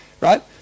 right